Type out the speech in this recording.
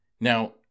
Now